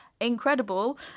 Incredible